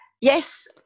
Yes